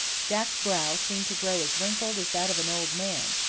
jack's brow seemed to grow as wrinkled as that of an old man,